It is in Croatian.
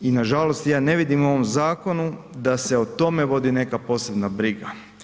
I nažalost, ja ne vidimo u ovom zakonu da se o tome vodi nekakva posebna briga.